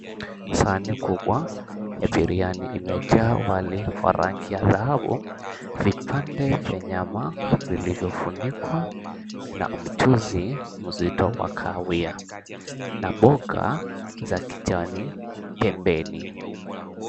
Sahani kubwa ya biriani imejaa wali wa rangi ya kahawa, vipande vya nyama vilivyofunikwa na mchuzi mzito wa kahawia na mboga za kijani pembeni.